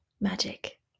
magic